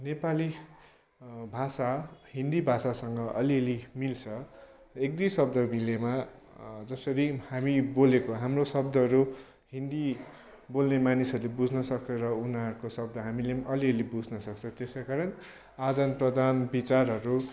नेपाली भाषा हिन्दी भाषासँग अलिअलि मिल्छ एक दुई शब्द मिलेमा जसरी हामी बोलेको हाम्रो शब्दहरू हिन्दी बोल्ने मानिसहरूले बुझ्नसक्छ र उनीहरूको शब्द हामीले पनि अलिअलि बुझ्नसक्छ त्यसै कारण आदान प्रदान विचारहरू